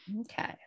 Okay